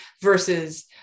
versus